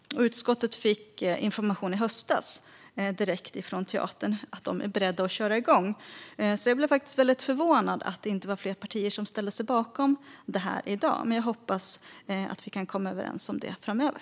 Utskottet fick i höstas information direkt från teatern att de är beredda att köra igång. Därför blev jag väldigt förvånad över att det inte var fler partier som ställde sig bakom det här i dag, men jag hoppas att vi kan komma överens om det framöver.